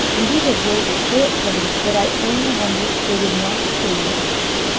indeed her blows were so heavy, that i only wonder they did not kill me at once.